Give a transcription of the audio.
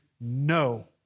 no